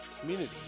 community